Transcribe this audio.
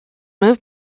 move